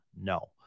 No